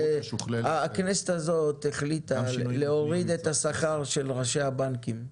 הכנסת הזאת החליטה להורידה את השכר של ראשי הבנקים,